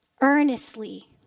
earnestly